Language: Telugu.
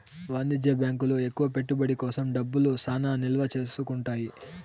వాణిజ్య బ్యాంకులు ఎక్కువ పెట్టుబడి కోసం డబ్బులు చానా నిల్వ చేసుకుంటాయి